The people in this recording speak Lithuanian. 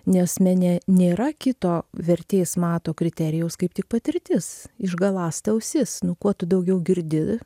nes mene nėra kito vertės mato kriterijaus kaip tik patirtis išgaląst ausis nu kuo tu daugiau girdi